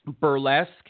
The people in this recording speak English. burlesque